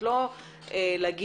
לא לומר: